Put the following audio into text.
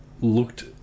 looked